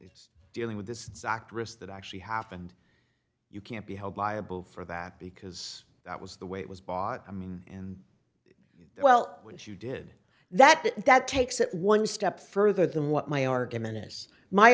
the dealing with this exact risk that actually happened you can't be held liable for that because that was the way it was bought i mean well when she did that that takes it one step further than what my argument is my